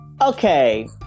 Okay